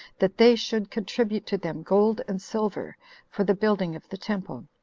that they should contribute to them gold and silver for the building of the temple,